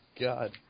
God